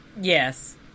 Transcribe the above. Yes